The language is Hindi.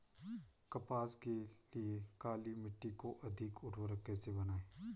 कपास के लिए काली मिट्टी को अधिक उर्वरक कैसे बनायें?